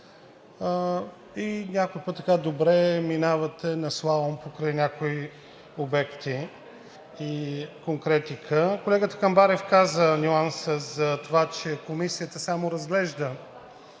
и някой път добре минавате на слалом покрай някои обекти и конкретика. Колегата Камбарев каза нюанса за това, че Комисията само разглежда,